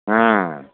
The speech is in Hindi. हाँ